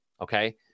Okay